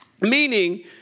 Meaning